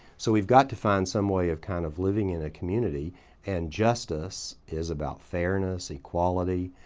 so we've got to find some way of kind of living in a community and justice is about fairness, equality.